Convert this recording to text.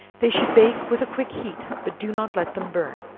they should bake with a quick beat but do not let them burn,